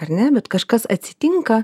ar ne bet kažkas atsitinka